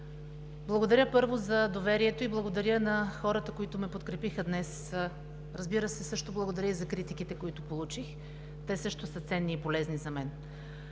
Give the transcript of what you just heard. Благодаря, първо, за доверието и благодаря на хората, които ме подкрепиха днес. Разбира се, също благодаря и за критиките, които получих. Те също са ценни и полезни за мен.